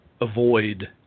avoid